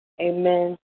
Amen